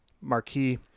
marquee